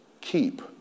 keep